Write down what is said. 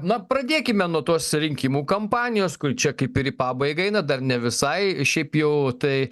na pradėkime nuo tos rinkimų kampanijos kur čia kaip ir į pabaigą eina dar ne visai šiaip jau tai